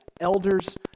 Elders